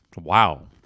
Wow